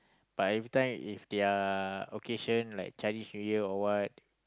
but every time if their occasion like Chinese-New-Year or what